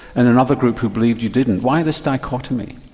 and another group who believed you didn't. why this dichotomy?